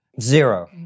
Zero